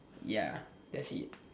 ya that's it